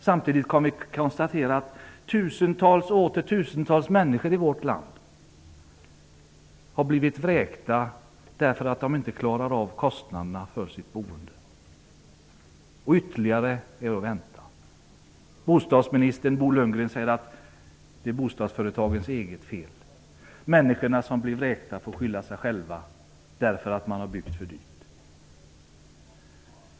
Samtidigt kan vi konstatera att tusentals och åter tusentals människor i vårt land har blivit vräkta därför att de inte klarar av kostnaderna för sitt boende. Ytterligare är att vänta. ''Bostadsminister'' Bo Lundgren säger att det är bostadsföretagens eget fel. Människorna som blir vräkta får skylla sig själva, därför att man har byggt för dyrt.